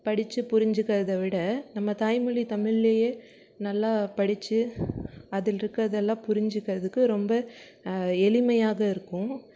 படிச்சு புரிஞ்சுக்கறத விட நம்ம தாய்மொழி தமிழ்லையே நல்லா படிச்சு அதில் இருக்கிறதெல்லாம் புரிஞ்சுக்கிறதுக்கு ரொம்ப எளிமையாக இருக்கும்